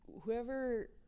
whoever